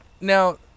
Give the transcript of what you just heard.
Now